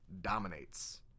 dominates